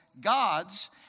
gods